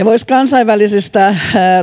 voisi kansainvälisistä